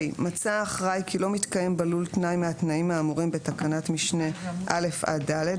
האחראי כי לא מתקיים בלול תנאי מהתנאים האמורים בתקנות משנה (א) עד (ד),